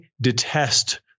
detest